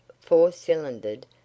four-cylindered